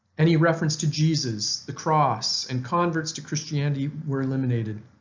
any reference to jesus, the cross, and converts to christianity were eliminated.